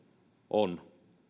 on